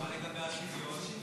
מה לגבי השוויון?